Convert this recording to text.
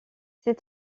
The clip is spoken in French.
ces